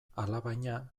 alabaina